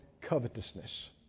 covetousness